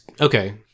Okay